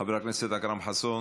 חבר הכנסת אכרם חסון,